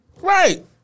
Right